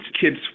kids